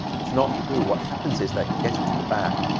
that's not true. what happens is that get into the bath,